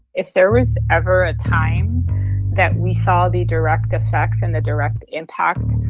if there was ever a time that we saw the direct effects and the direct impact